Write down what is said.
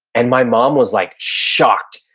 and my mom was like shocked.